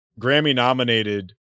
Grammy-nominated